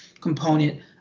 component